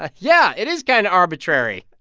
ah yeah. it is kind of arbitrary.